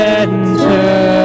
enter